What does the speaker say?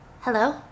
Hello